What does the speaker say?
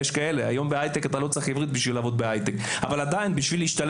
היום אתה לא צריך עברית בשביל לעבוד בהיי טק אבל עדיין כדי להשתלב